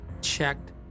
checked